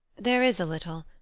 there is a little.